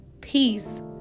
peace